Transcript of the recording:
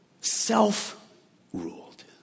self-ruled